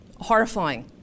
Horrifying